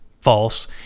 false